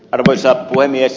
arvoisa puhemies